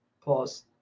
Pause